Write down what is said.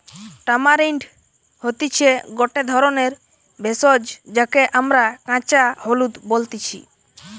tamarind হতিছে গটে ধরণের ভেষজ যাকে আমরা কাঁচা হলুদ বলতেছি